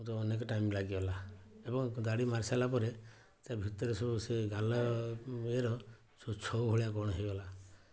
ମୋତେ ଅନେକ ଟାଇମ୍ ଲାଗିଗଲା ଏବଂ ଦାଢ଼ି ମାରି ସାରିଲା ପରେ ତା ଭିତରେ ସବୁ ସେ ଗାଲ ଇଏର ସବୁ ଛଉ ଭଳିଆ କ'ଣ ହେଇଗଲା